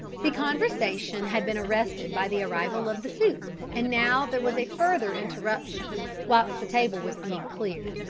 the conversation had been arrested by the arrival of the soup and now there was a further interruption whilst the table was being cleared.